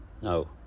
No